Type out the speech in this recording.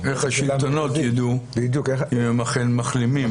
איך השלטונות ידעו אם הם אכן מחלימים?